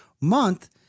month